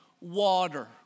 water